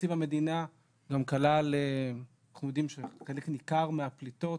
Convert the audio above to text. אנחנו יודעים שחלק ניכר מהפליטות